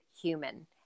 human